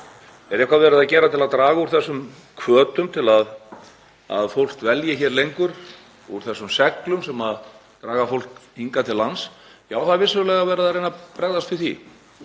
Er eitthvað verið að gera til að draga úr þessum hvötum fólks til að dvelja lengur, draga úr þessum seglum sem draga fólk hingað til lands? Já, það er vissulega verið að reyna að bregðast við því.